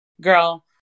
girl